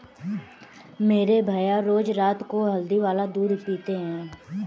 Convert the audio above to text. मेरे भैया रोज रात को हल्दी वाला दूध पीते हैं